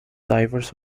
divers